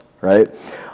Right